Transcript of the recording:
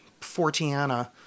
Fortiana